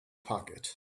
pocket